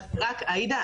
עאידה,